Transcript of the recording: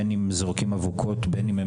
בין אם הם זורקים אבוקות ובין אם הם